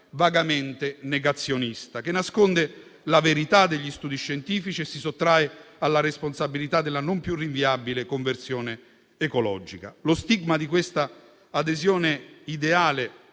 vagamente negazionista, che nasconde la verità degli studi scientifici e si sottrae alla responsabilità della non più rinviabile conversione ecologica. Lo stigma di questa adesione ideale,